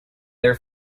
their